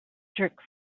jerk